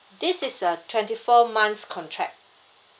this is a twenty four months contract